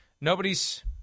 nobody's